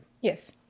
Yes